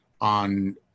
on